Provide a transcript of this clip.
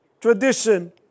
tradition